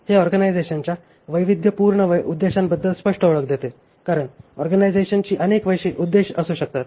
हे ऑर्गनायझेशनच्या वैविध्यपूर्ण उद्देशांबद्दल स्पष्ट ओळख देते बरोबर कारण ऑर्गनायझेशनची अनेक उद्देश असू शकतात